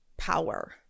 power